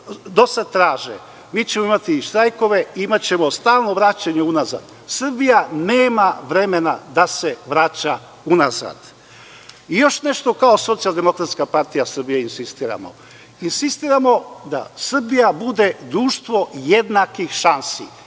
dosad traže, mi ćemo imati štrajkove, imaćemo stalno vraćanje unazad. Srbija nema vremena da se vraća unazad. Još nešto kao Socijaldemokratska partija Srbije insistiramo, insistiramo da Srbija bude društvo jednakih šansi.